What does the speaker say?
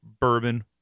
Bourbon